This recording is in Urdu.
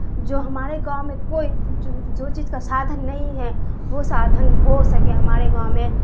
جو ہمارے گاؤں میں کوئی جو چیز کا سادھن نہیں ہے وہ سادھن ہو سکے ہمارے گاؤں میں